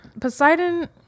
Poseidon